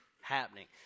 happening